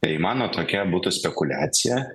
tai mano tokia būtų spekuliacija